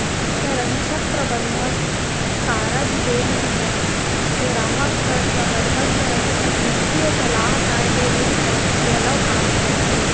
संरक्छक, परबंधक, कारज बेंक ह गराहक बर प्रबंधक, संरक्छक, बित्तीय सलाहकार के रूप म घलौ काम करथे